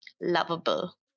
lovable